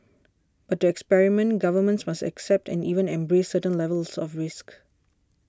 experiment governments must accept and even embrace certain levels of risk